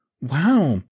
Wow